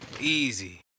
easy